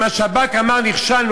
אם השב"כ אמר: נכשלנו,